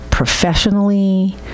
Professionally